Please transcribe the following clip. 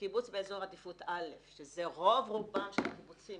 וקיבוץ באזור עדיפות א' שזה רוב רובם של הקיבוצים,